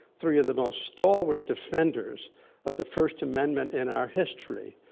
three of the most stalwart defenders of the first amendment in our history.